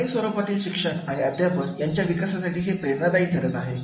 नवीन स्वरूपातील शिक्षण आणि अध्यापन यांच्या विकासासाठी हे प्रेरणादायी ठरत आहे